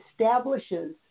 establishes